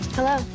Hello